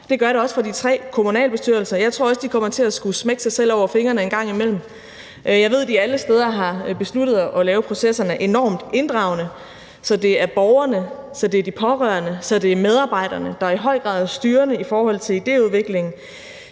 det gør det også fra de tre kommunalbestyrelsers side, og jeg tror også, at de kommer til at skulle smække sig selv over fingrene en gang imellem. Jeg ved, at de alle steder har besluttet at lave processerne enormt inddragende, så det er borgerne, så det er de pårørende, og så det er medarbejderne, der i høj grad er styrende i forhold til idéudvikling.